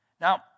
Now